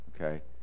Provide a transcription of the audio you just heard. Okay